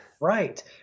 Right